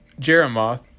Jeremoth